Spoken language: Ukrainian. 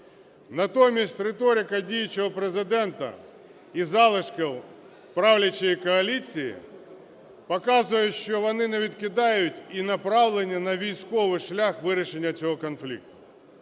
Натомість риторика діючого Президента і залишків правлячої коаліції показує, що вони не відкидають і направлені на військовий шлях вирішення цього конфлікту.